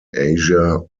asia